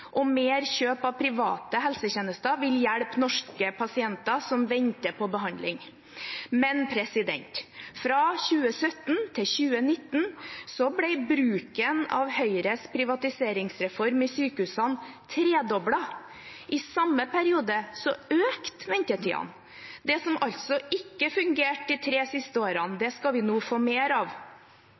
og mer kjøp av private helsetjenester vil hjelpe norske pasienter som venter på behandling. Men fra 2017 til 2019 ble bruken av Høyres privatiseringsreform i sykehusene tredoblet, og i samme periode økte ventetidene. Det som ikke fungerte de tre siste årene, skal vi altså nå få mer av.